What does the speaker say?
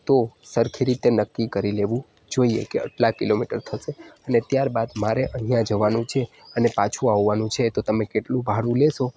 તો સરખી રીતે નક્કી કરી લેવું જોઈએ કે આટલા કિલોમીટર થશે અને ત્યારબાદ મારે અહીંયા જવાનું છે અને પાછું આવવાનું છે તો તમે કેટલું ભાડું લેશો